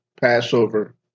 Passover